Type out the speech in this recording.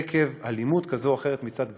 עקב אלימות כזו או אחרת מצד גברים.